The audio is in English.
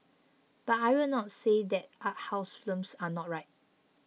but I will not say that art house films are not right